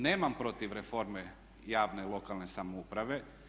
Nemam protiv reforme javne, lokalne samouprave.